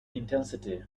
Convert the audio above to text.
intensity